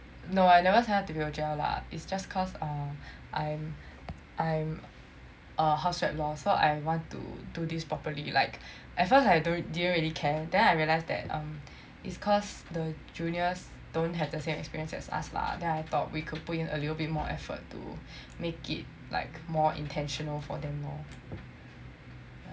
no I never sign up to be O_G_L lah it's just cause uh I'm I'm a house rep lor so I want to do this properly like at first I didn't really care then I realize that it's cause the juniors don't have the same experiences as us lah then I thought we could put in a little bit more effort to make it like more intentional for them lor